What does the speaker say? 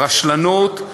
רשלנות.